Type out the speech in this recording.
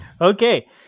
Okay